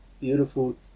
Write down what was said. beautiful